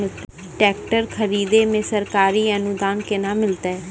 Tractor खरीदै मे सरकारी अनुदान केना मिलतै?